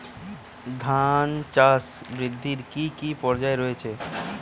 ধান চাষ বৃদ্ধির কী কী পর্যায় রয়েছে?